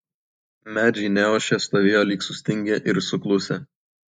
medžiai neošė stovėjo lyg sustingę ir suklusę